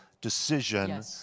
decision